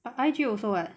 I_G also what